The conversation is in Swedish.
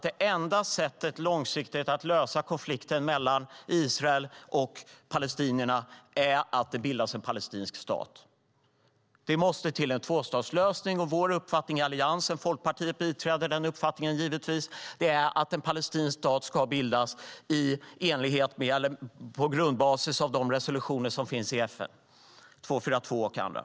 Det enda sättet att långsiktigt lösa konflikten mellan Israel och palestinierna är att det bildas en palestinsk stat. Det måste till en tvåstatslösning, och vår uppfattning i Alliansen är - Folkpartiet biträder givetvis den uppfattningen - att en palestinsk stat ska bildas på basis av de resolutioner som finns i FN, 242 och andra.